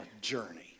journey